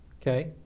Okay